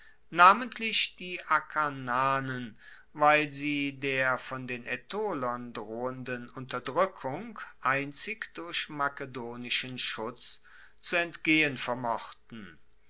namentlich die akarnanen weil sie der von den aetolern drohenden unterdrueckung einzig durch makedonischen schutz zu entgehen vermochten